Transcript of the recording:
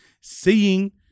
seeing